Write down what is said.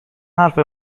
حرف